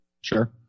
sure